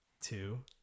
two